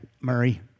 Murray